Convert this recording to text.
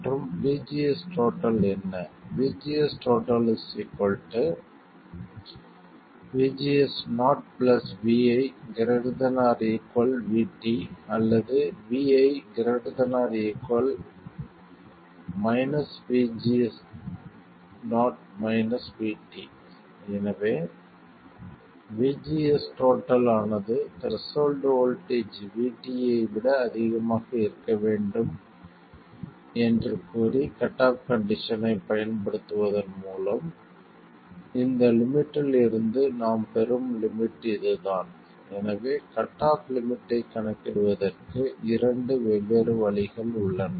மற்றும் VGS என்ன VGS VGS0 vi ≥ VT அல்லது vi ≥ எனவே VGS ஆனது த்ரெஷோல்ட் வோல்டேஜ் VT ஐ விட அதிகமாக இருக்க வேண்டும் என்று கூறி கட் ஆஃப் கண்டிஷனைப் பயன்படுத்துவதன் மூலம் இந்த லிமிட்டில் இருந்து நாம் பெறும் லிமிட் இதுதான் எனவே கட் ஆஃப் லிமிட்டைக் கணக்கிடுவதற்கு இரண்டு வெவ்வேறு வழிகள் உள்ளன